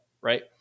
right